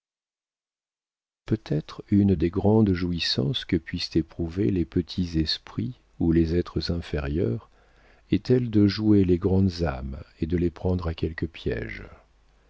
peut-être une des plus grandes jouissances que puissent éprouver les petits esprits ou les êtres inférieurs est-elle de jouer les grandes âmes et de les prendre à quelque piége